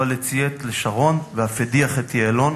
אבל ציית לשרון ואף הדיח את יעלון,